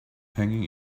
hanging